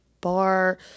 bar